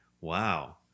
wow